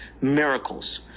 miracles